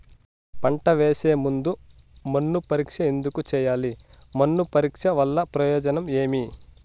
పంట వేసే ముందు మన్ను పరీక్ష ఎందుకు చేయాలి? మన్ను పరీక్ష వల్ల ప్రయోజనం ఏమి?